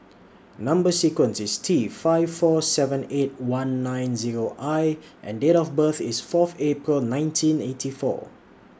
Number sequence IS T five four seven eight one nine Zero I and Date of birth IS Fourth April nineteen eighty four